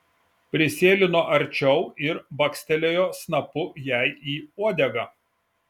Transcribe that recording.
prisėlino arčiau ir bakstelėjo snapu jai į uodegą